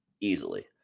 easily